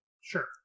Sure